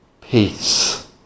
peace